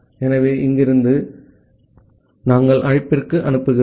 ஆகவே இங்கிருந்து நாங்கள் அழைப்பிற்கு அனுப்புகிறோம்